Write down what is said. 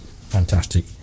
Fantastic